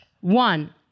one